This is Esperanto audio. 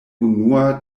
unua